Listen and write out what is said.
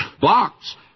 box